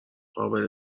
قابل